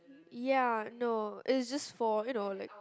ya no is just for you know like